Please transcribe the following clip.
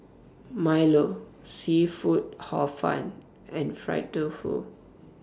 Milo Seafood Hor Fun and Fried Tofu